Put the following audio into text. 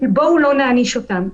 בואו לא נעניש אותן.